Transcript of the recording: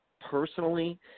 personally